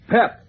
Pep